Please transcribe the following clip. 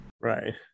Right